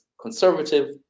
conservative